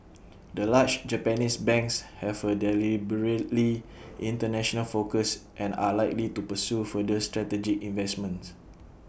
the large Japanese banks have A deliberately International focus and are likely to pursue further strategic investments